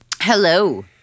Hello